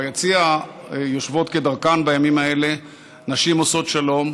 ביציע יושבות כדרכן בימים האלה נשים עושות שלום,